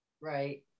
Right